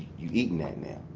you eating that now.